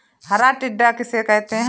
हरा टिड्डा किसे कहते हैं?